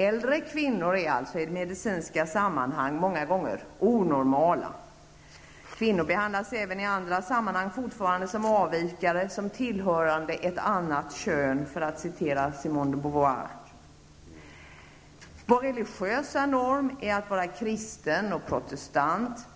Äldre kvinnor är alltså i medicinska sammanhang många gånger onormala. Kvinnor behandlas även i andra sammanhang fortfarande som avvikare, som tillhörande det andra könet, för att använda Simone de Beauvoires uttryck. Vår religiösa norm är att vara kristen och protestant